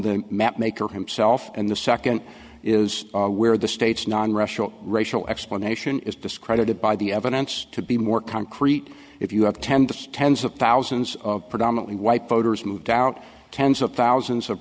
the mapmaker himself and the second is where the state's non rational racial explanation is discredited by the evidence to be more concrete if you have ten to tens of thousands of predominately white voters moved out tens of thousands of